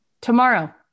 tomorrow